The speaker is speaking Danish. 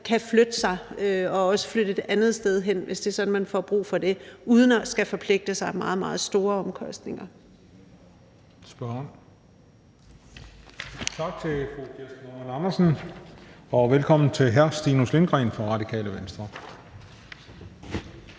kan flytte sig og også flytte et andet sted hen, hvis det er sådan, at man får brug for det, uden at skulle forpligte sig med meget, meget store omkostninger.